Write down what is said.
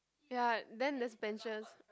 ya then there's benches